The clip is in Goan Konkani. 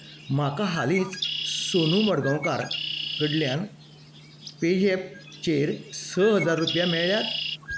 म्हाका हालींच सोनू मडगांवकार कडल्या पेझॅपचेर स हजार रुपया मेळ्ळ्यात